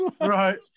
Right